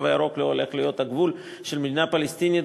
הירוק לא הולך להיות הגבול של מדינה פלסטינית,